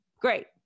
great